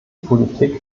politik